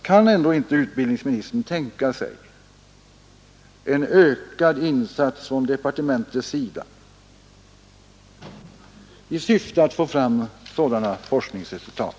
Kan utbildningsministern ändå inte tänka sig en ökad insats från departementets sida i syfte att få fram sådana forskningsresultat?